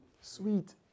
sweet